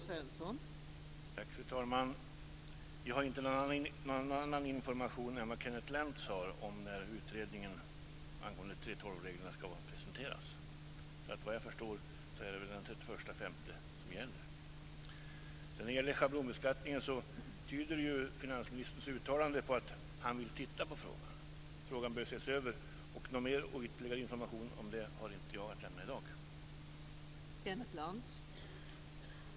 Fru talman! Jag har inte någon annan information än Kenneth Lantz om när utredningen om 3:12 reglerna ska presenteras. Vad jag förstår är det den 31 När det gäller schablonbeskattningen tyder finansministerns uttalande på att han vill titta på frågan. Frågan bör ses över. Någon ytterligare information har jag inte att lämna om det i dag.